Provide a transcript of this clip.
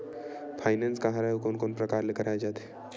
Finance का हरय आऊ कोन कोन प्रकार ले कराये जाथे?